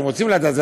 שהם רוצים לדעת,